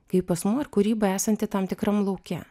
kaip asmuo ir kūryba esanti tam tikram lauke